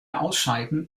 ausscheiden